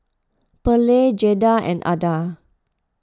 Pearley Jaeda and Adah